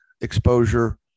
exposure